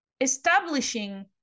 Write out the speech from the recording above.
Establishing